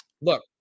Look